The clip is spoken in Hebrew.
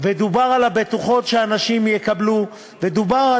שאנשים יקבלו, ודובר,